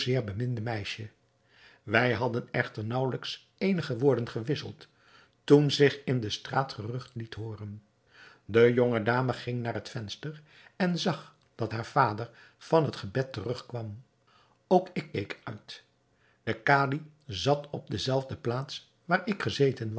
zeer beminde meisje wij hadden echter naauwelijks eenige woorden gewisseld toen zich in de straat gerucht liet hooren de jonge dame ging naar het venster en zag dat haar vader van het gebed terugkwam ook ik keek uit de kadi zat op dezelfde plaats waar ik gezeten